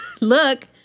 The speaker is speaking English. Look